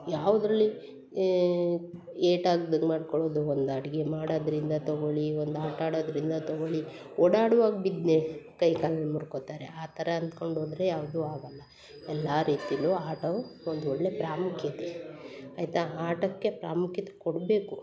ಯಾವುದ್ರಲ್ಲಿ ಏಟಾಗ್ದಂಗೆ ಮಾಡಿಕೊಳ್ಳೋದು ಒಂದು ಅಡುಗೆ ಮಾಡೋದ್ರಿಂದ ತಗೊಳ್ಳಿ ಒಂದು ಆಟಾಡೋದರಿಂದ ತಗೊಳ್ಳಿ ಓಡಾಡುವಾಗ ಬಿದ್ನೆ ಕೈ ಕಾಲು ಮುರ್ಕೊತಾರೆ ಆ ಥರ ಅಂದ್ಕೊಂಡು ಹೋದ್ರೆ ಯಾವುದೂ ಆಗಲ್ಲ ಎಲ್ಲ ರೀತಿಯಲ್ಲೂ ಆಟವು ಒಂದು ಒಳ್ಳೆಯ ಪ್ರಾಮುಖ್ಯತೆ ಆಯಿತಾ ಆಟಕ್ಕೆ ಪ್ರಾಮುಖ್ಯತೆ ಕೊಡಬೇಕು